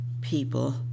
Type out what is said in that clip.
people